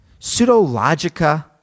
Pseudologica